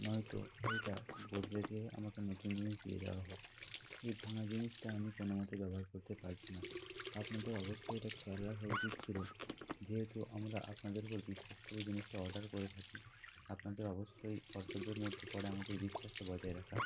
নয়তো এইটা বদলে দিয়ে আমাকে নতুন জিনিস দিয়ে যাওয়া হোক এই ভাঙা জিনিসটা আমি কোনোমতেই ব্যবহার করতে পারছি না আপনাদের অবশ্যই এটা খেয়াল রাখা উচিত ছিল যেহেতু আমরা আপনাদের ওপর বিশ্বাস করে জিনিসটা অর্ডার করে থাকি আপনাদের অবশ্যই কর্তব্যের মধ্যে পড়ে আমাদের বিশ্বাসটা বজায় রাখা